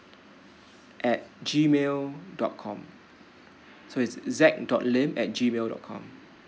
at G mail dot com so is zack dot lim at G mail dot com